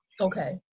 Okay